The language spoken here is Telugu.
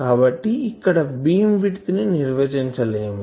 కాబట్టి ఇక్కడ బీమ్ విడ్త్ ని నిర్వచించలేము